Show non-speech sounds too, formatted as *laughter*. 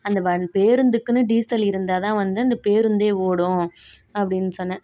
அந்த *unintelligible* பேருந்துக்குனு டீசல் இருந்தால் தான் வந்து அந்த பேருந்து ஓடும் அப்படின்னு சொன்னே